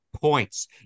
points